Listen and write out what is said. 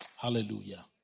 Hallelujah